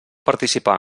participar